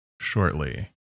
shortly